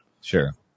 Sure